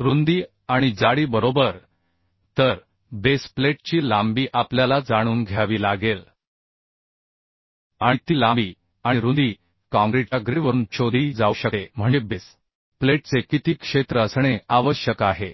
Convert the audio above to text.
रुंदी आणि जाडी बरोबर तर बेस प्लेटची लांबी आपल्याला जाणून घ्यावी लागेल आणि ती लांबी आणि रुंदी काँक्रीटच्या ग्रेडवरून शोधली जाऊ शकते म्हणजे बेस प्लेटचे किती क्षेत्र असणे आवश्यक आहे